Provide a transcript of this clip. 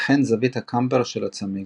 וכן זווית הקמבר של הצמיג.